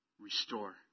Restore